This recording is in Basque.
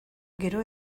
gero